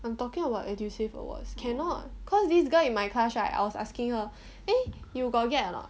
I'm talking about Edusave awards cannot cause this girl in my class right I was asking her eh you gotta get or not